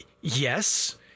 yes